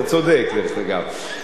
אתה צודק, דרך אגב.